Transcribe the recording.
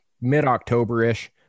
mid-October-ish